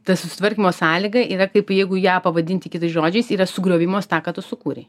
ta susitvarkymo sąlyga yra kaip jeigu ją pavadinti kitais žodžiais yra sugriovimas tą ką tu sukūrei